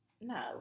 No